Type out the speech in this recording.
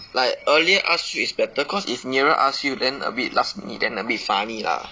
like earlier ask you is better cause if nearer ask you then a bit last miunte then a bit funny lah